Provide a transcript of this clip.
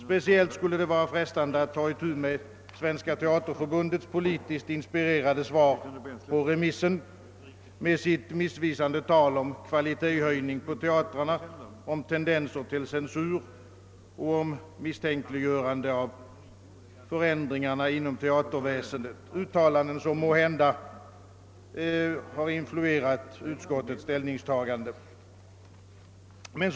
Speciellt skulle det vara frestande att ta itu med Svenska teaterförbundets politiskt inspirerade svar med dess missvisande tal om kvalitetshöjning på teatrarna, om tendenser till censur och om misstänkliggörande av förändringarna inom teatern. Det är uttalanden som måhända har influerat utskottets ställningstagande.